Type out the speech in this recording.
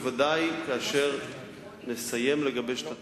כאשר נסיים לגבש את התוכנית,